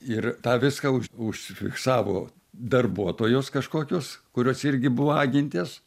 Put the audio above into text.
ir tą viską už užfiksavo darbuotojos kažkokios kurios irgi buvo agentės